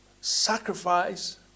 Sacrifice